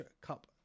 Cup